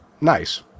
nice